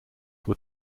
were